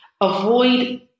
avoid